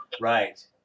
right